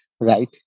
right